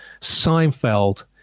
Seinfeld